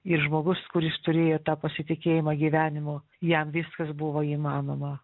ir žmogus kuris turėjo tą pasitikėjimą gyvenimu jam viskas buvo įmanoma